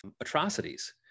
atrocities